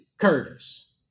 Curtis